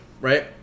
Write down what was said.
right